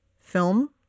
film